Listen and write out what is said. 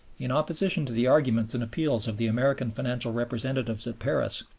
in opposition to the arguments and appeals of the american financial representatives at paris,